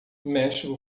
méxico